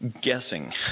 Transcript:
guessing